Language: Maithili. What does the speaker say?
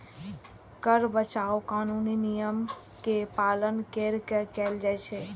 कर बचाव कानूनी नियम के पालन कैर के कैल जाइ छै